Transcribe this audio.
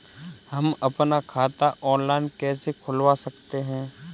हम अपना खाता ऑनलाइन कैसे खुलवा सकते हैं?